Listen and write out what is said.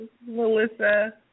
Melissa